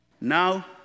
Now